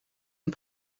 and